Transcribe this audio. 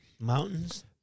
Mountains